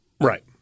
Right